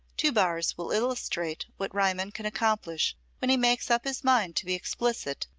two bars will illustrate what riemann can accomplish when he makes up his mind to be explicit,